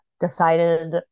decided